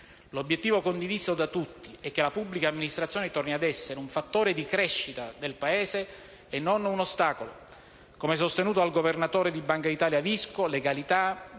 L'obiettivo condiviso da tutti è che la pubblica amministrazione torni ad essere un fattore di crescita del Paese e non un ostacolo. Come sostenuto dal governatore della Banca d'Italia Visco, legalità,